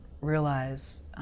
realize